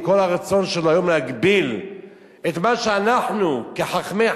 עם כל הרצון שלו היום להגביל את מה שאנחנו כחכמי